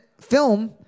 film